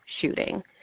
shooting